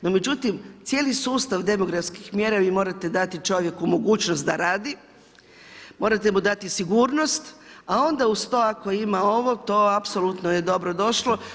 No međutim, cijeli sustav demografskih mjera, vi morate dati čovjeku mogućnost da radi, morate mu dati sigurnost, a onda uz to ako ima ovo, to apsolutno je dobro došlo.